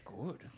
good